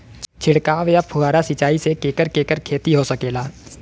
छिड़काव या फुहारा सिंचाई से केकर केकर खेती हो सकेला?